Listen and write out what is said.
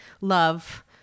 love